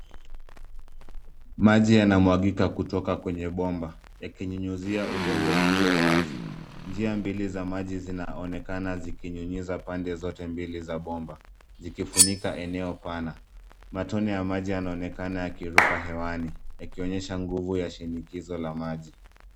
Maji yanamwagika kutoka kwenye bomba yakinyunyizia udongo ulio wazi. Njia mbili za maji zinaonekana zikinyunyiza pande zote mbili za bomba zikifunika eneo pana. Matone ya maji yanaonekana yakiruka hewani, yakionyesha nguvu ya shinikizo la maji.